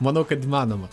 manau kad įmanoma